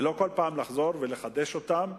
ולא כל פעם לחזור ולחדש אותן,